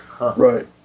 Right